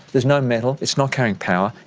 there's no metal, it's not carrying power,